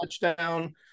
touchdown